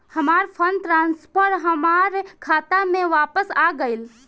हमार fund transfer हमार खाता में वापस आ गइल